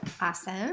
Awesome